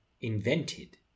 invented